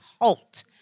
halt